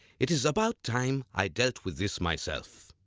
it is about time i dealt with this myself.